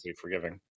forgiving